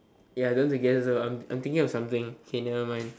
ya I don't want to guess also I'm thinking of something okay nevermind